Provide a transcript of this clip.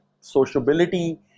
sociability